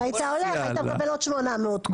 אם היית הולך היית מקבל עוד 800 קולות.